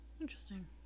Interesting